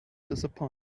disappoint